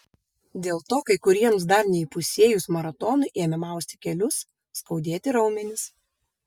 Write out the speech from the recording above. dėl to kai kuriems jų dar neįpusėjus maratonui ėmė mausti kelius skaudėti raumenis